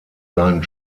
seinen